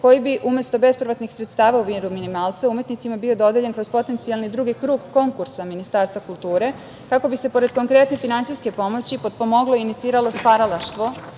koji bi umesto bespovratnih sredstava u vidu minimalca, umetnicima bio dodeljen kroz potencijalni drugi krug konkursa Ministarstva kulture kako bi se pored konkretne finansijske pomoći potpomoglo i iniciralo stvaralaštvo,